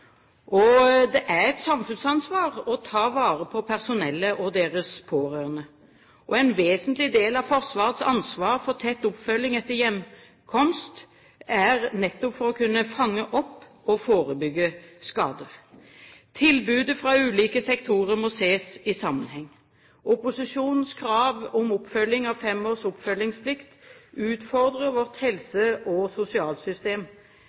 Det er et samfunnsansvar å ta vare på personellet og deres pårørende. En vesentlig del av Forsvarets ansvar er tett oppfølging etter hjemkomst for nettopp å kunne fange opp og forebygge skader. Tilbudet fra ulike sektorer må ses i sammenheng. Opposisjonens krav om fem års oppfølgingsplikt utfordrer vårt helse- og sosialsystem.